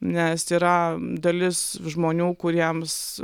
nes yra dalis žmonių kuriems